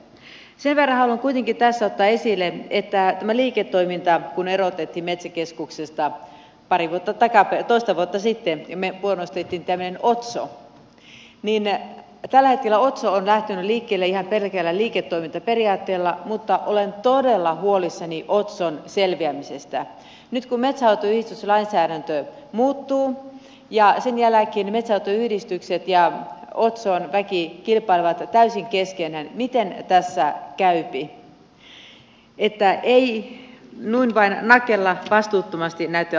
sen verran haluan kuitenkin tässä ottaa esille että tämä liiketoiminta kun erotettiin metsäkeskuksesta toista vuotta sitten ja me muodostimme tämmöisen otson niin tällä hetkellä on niin että otso on lähtenyt liikkeelle ihan pelkällä liiketoimintaperiaatteella mutta olen todella huolissani otson selviämisestä nyt kun metsänhoitoyhdistyslainsäädäntö muuttuu ja sen jälkeen metsänhoitoyhdistykset ja otson väki kilpailevat täysin keskenään että miten tässä käypi että ei noin vain nakella vastuuttomasti näitä asioita eteenpäin